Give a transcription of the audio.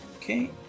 okay